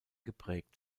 geprägt